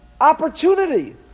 opportunity